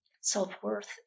self-worth